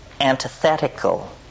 antithetical